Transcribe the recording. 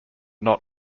not